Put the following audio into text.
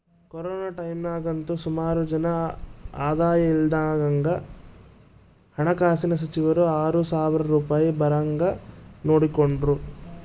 corona ಟೈಮ್ನಾಗಂತೂ ಸುಮಾರು ಜನ ಆದಾಯ ಇಲ್ದಂಗಾದಾಗ ಹಣಕಾಸಿನ ಸಚಿವರು ಆರು ಸಾವ್ರ ರೂಪಾಯ್ ಬರಂಗ್ ನೋಡಿಕೆಂಡ್ರು